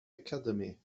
academy